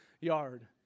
yard